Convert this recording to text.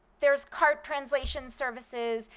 there's cart translation services.